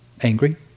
angry